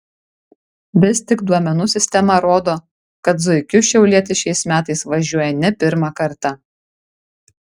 vis tik duomenų sistema rodo kad zuikiu šiaulietis šiais metais važiuoja ne pirmą kartą